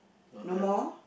don't have